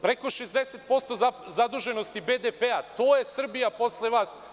Preko 60% zaduženosti BDP je Srbija posle vas.